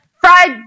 fried